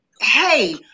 hey